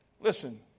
Listen